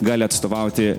gali atstovauti